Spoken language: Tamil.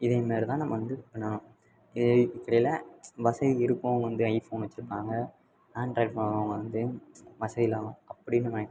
இதேமாரி தான் நம்ம வந்து இப்போ நான் இதுக்கு இடையில் வசதி இருக்கறவங்க வந்து ஐஃபோன் வச்சுருப்பாங்க ஆண்ட்ராய்டு ஃபோன் வாங்கிறவங்க வந்து வசதி இல்லாதவங்கள் அப்படின்னு நான்